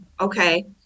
okay